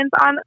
on